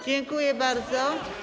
Dziękuję bardzo.